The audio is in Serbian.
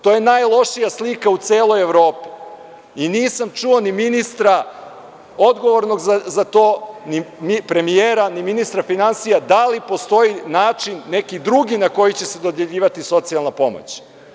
To je najlošija slika u celoj Evropi i nisam čuo ni ministra odgovornog za to, ni premijera, ni ministra finansija, da li postoji način neki drugi na koji će se dodeljivati socijalna pomoć?